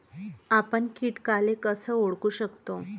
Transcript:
आपन कीटकाले कस ओळखू शकतो?